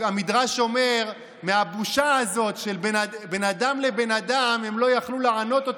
המדרש אומר: מהבושה הזו של בן אדם לבן אדם הם לא יכלו לענות אותו.